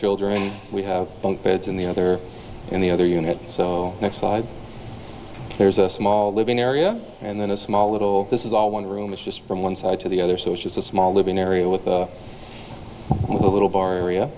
children we have bunk beds in the other in the other unit so next slide there's a small living area and then a small little this is all one room is just from one side to the other so it's just a small living area with a well a little bar area